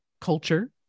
culture